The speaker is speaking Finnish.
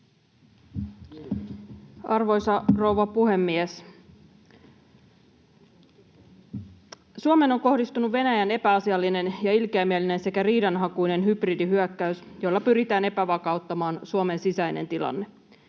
Arvoisa rouva puhemies! Suomeen on kohdistunut Venäjän epäasiallinen ja ilkeämielinen sekä riidanhakuinen hybridihyökkäys, jolla pyritään epävakauttamaan Suomen sisäinen tilanne.